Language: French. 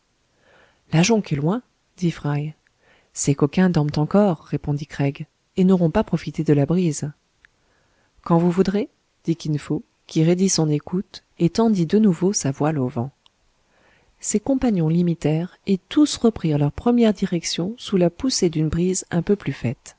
la jonque est loin dit fry ces coquins dorment encore répondit craig et n'auront pas profité de la brise quand vous voudrez dit kin fo qui raidit son écoute et tendit de nouveau sa voile au vent ses compagnons l'imitèrent et tous reprirent leur première direction sous la poussée d'une brise un peu plus faite